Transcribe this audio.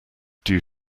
due